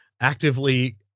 actively